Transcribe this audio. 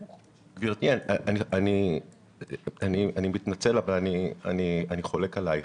גברתי, אני מתנצל, אבל אני חולק עלייך.